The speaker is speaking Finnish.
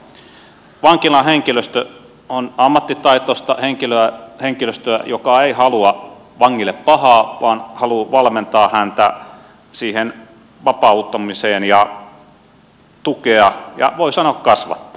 vankilan henkilöstö on ammattitaitoista henkilöstöä joka ei halua vangille pahaa vaan haluaa valmentaa häntä siihen vapauttamiseen ja tukea ja voi sanoa kasvattaa